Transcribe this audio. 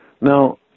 Now